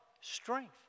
Strength